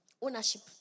Ownership